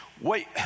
Wait